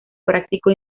práctico